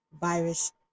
virus